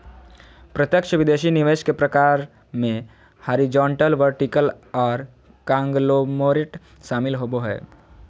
प्रत्यक्ष विदेशी निवेश के प्रकार मे हॉरिजॉन्टल, वर्टिकल आर कांगलोमोरेट शामिल होबो हय